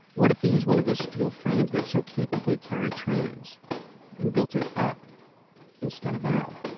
what if he used one of the steel frames that so capably carried trains and built it up instead of out?